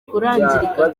kurangirika